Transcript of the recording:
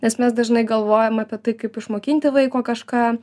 nes mes dažnai galvojam apie tai kaip išmokinti vaiko kažką